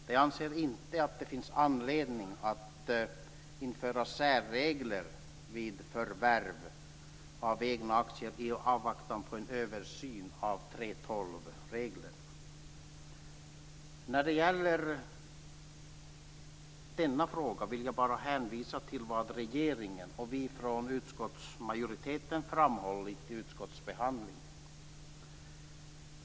De anser inte att det finns anledning att införa särregler vid förvärv av egna aktier i avvaktan på en översyn av 3:12-reglerna. När det gäller denna fråga vill jag bara hänvisa till vad regeringen och vi i utskottsmajoriteten har framhållit i utskottsbehandlingen.